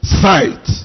sight